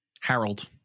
harold